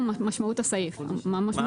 משמעות של הסעיף היא שברגע